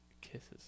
Kisses